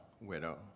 widow